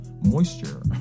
moisture